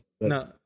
No